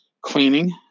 cleaning